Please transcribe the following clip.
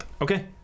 Okay